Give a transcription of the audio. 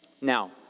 Now